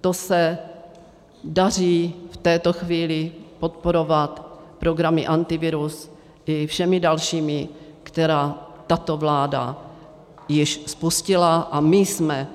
To se daří v této chvíli podporovat programy Antivirus i všemi dalšími, které tato vláda již spustila a my jsme